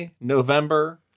November